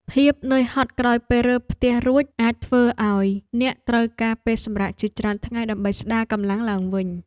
ភាពនឿយហត់ក្រោយពេលរើផ្ទះរួចអាចធ្វើឱ្យអ្នកត្រូវការពេលសម្រាកជាច្រើនថ្ងៃដើម្បីស្ដារកម្លាំងឡើងវិញ។